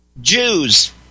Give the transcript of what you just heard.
Jews